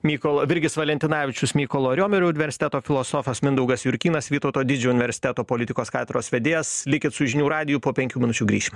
mykolo virgis valentinavičius mykolo riomerio universiteto filosofas mindaugas jurkynas vytauto didžiojo universiteto politikos katedros vedėjas likit su žinių radiju po penkių minučių grįšim